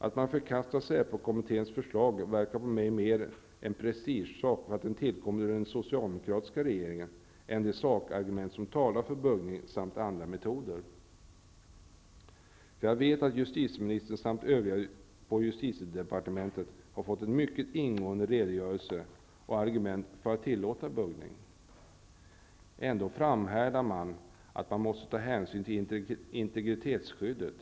Att man förkastar SÄPO-kommitténs förslag verkar, som jag ser det, mer vara en prestigesak, en följd av att den tillkom under den socialdemokratiska regeringen, än ett resultat av att man har övervägt sakargumenten, de sakargument som talar för buggning samt andra metoder. Jag vet att justitieministern samt övriga på justitiedepartementet har fått en mycket ingående redogörelse för argumenten för att tillåta buggning. Ändå framhärdar man i att man måste ta hänsyn till integritetsskyddet.